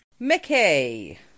Mickey